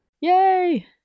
Yay